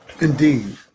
Indeed